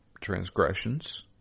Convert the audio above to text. transgressions